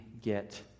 get